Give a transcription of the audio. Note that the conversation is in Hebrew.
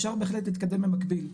אפשר בהחלט להתקדם במקביל,